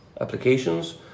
applications